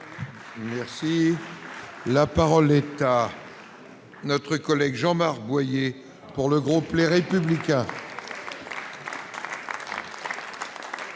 merci. La parole est à notre collègue Jean-Marc Boyer pour le groupe, les républicains.